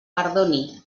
perdoni